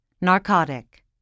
Narcotic